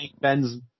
Ben's